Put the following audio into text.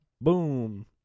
boom